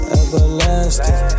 everlasting